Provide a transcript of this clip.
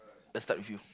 let's start with you